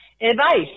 advice